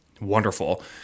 Wonderful